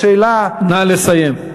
נא לסיים.